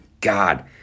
God